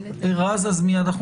רז, אז מייד.